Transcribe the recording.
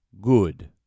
good